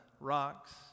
rocks